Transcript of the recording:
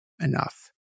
enough